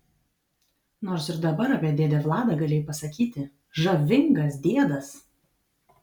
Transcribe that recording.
nors ir dabar apie dėdę vladą galėjai pasakyti žavingas diedas